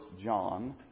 John